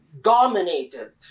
dominated